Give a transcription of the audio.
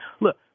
Look